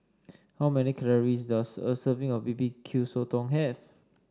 how many calories does a serving of B B Q Sotong have